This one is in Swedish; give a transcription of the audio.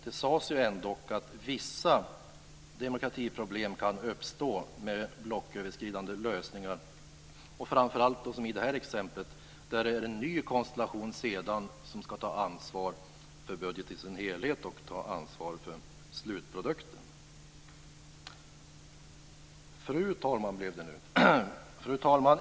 Det sades ändock att vissa demokratiproblem kan uppstå med blocköverskridande lösningar, framför allt som i exemplet, där det är en ny konstellation som sedan ska ta ansvar för budgeten i dess helhet och för slutprodukten. Fru talman!